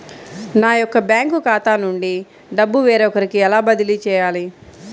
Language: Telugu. నా యొక్క బ్యాంకు ఖాతా నుండి డబ్బు వేరొకరికి ఎలా బదిలీ చేయాలి?